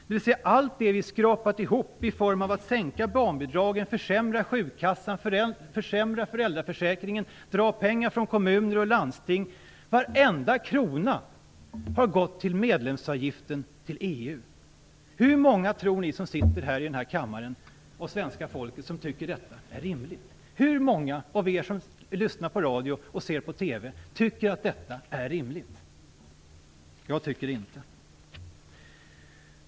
Det betyder att varenda krona som vi har skrapat ihop genom att sänka barnbidragen, försämra sjukkassan, försvaga föräldraförsäkringen och dra pengar från kommuner och landsting har gått till medlemsavgiften till EU. Hur många i det svenska folket tror ni som sitter här i kammaren finner detta vara rimligt? Hur många av er som nu lyssnar på radio och ser på TV finner det vara rimligt? Jag tycker inte att det är det.